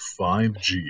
5G